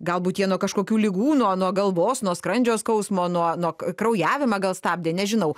galbūt jie nuo kažkokių ligų nuo nuo galvos nuo skrandžio skausmo nuo nuo kraujavimą gal stabdė nežinau